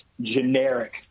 generic